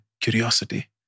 curiosity